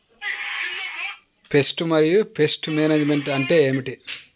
Pest మరియు pest management అంటే ఏమిటి?